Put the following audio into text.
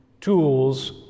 tools